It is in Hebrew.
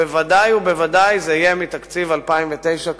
ובוודאי ובוודאי זה יהיה מתקציב 2009,